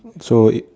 so is